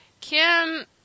Kim